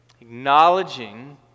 acknowledging